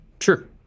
Sure